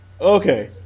Okay